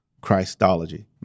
Christology